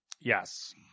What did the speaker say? Yes